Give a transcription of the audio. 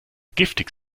giftig